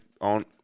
on